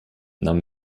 nahm